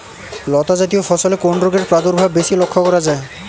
লতাজাতীয় ফসলে কোন রোগের প্রাদুর্ভাব বেশি লক্ষ্য করা যায়?